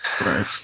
Right